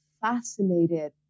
fascinated